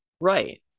Right